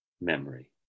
memory